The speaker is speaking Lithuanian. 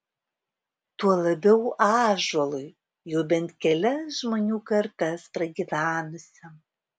tuo labiau ąžuolui jau bent kelias žmonių kartas pragyvenusiam